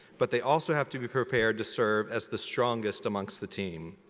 but they also have to be prepared to serve as the strongest amongst the team.